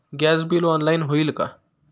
Gas bill online होईल का?